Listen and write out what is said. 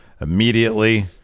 immediately